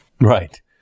right